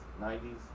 90s